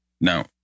now